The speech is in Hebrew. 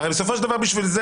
הרי בסופו של דבר בשביל זה